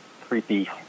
creepy